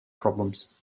problems